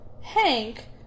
Hank